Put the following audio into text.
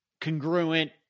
congruent